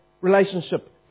relationship